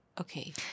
Okay